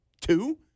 Two